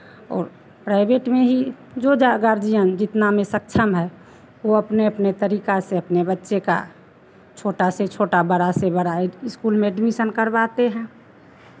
और प्राइवेट में ही जो गार्जियन जितना में सक्षम है वो अपने अपने तरीका से अपने बच्चे का छोटा से छोटा बड़ा से बड़ा स्कूल में एडमिशन करवाते हैं